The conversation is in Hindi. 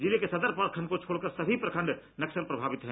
जिले के सदर प्रखंड को छोड़ कर सभी प्रखंड नक्सल प्रभावित है